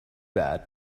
bad